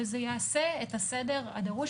וזה יעשה את הסדר הדרוש.